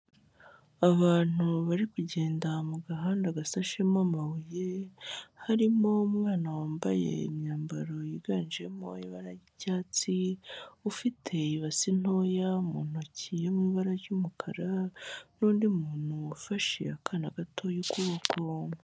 Abantu bari kugenda mu gahanda gasashemo amabuye harimo umwana wambaye imyambaro yiganjemo ibara ry'icyatsi, ufite ibasi intoya mu ntoki mu ibara ry'umukara, n'undi muntu ufashe akana gatoya ukuboko.